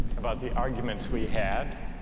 about the arguments we had